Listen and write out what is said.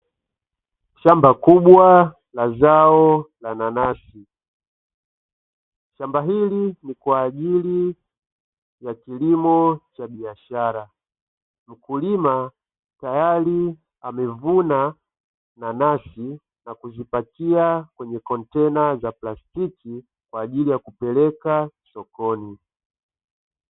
Shamba kubwa la zao la Nanasi. Shamba hili ni kwaajili ya kilimo cha biashara. Mkulima tayari amevuna Nanasi na kuzipakia kwenye kontena za plastiki kwaajili ya kupeleka sokoni.